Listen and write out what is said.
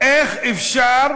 איך אפשר,